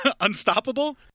unstoppable